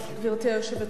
גברתי היושבת-ראש,